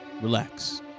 relax